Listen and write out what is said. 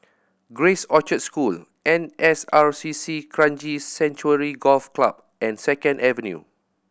Grace Orchard School N S R C C Kranji Sanctuary Golf Club and Second Avenue